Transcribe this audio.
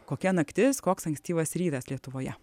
kokia naktis koks ankstyvas rytas lietuvoje